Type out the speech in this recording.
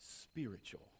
spiritual